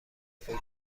فکر